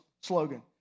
slogan